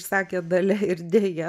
sakė dalia ir deja